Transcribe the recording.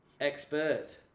expert